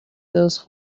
those